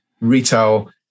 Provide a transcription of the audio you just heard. retail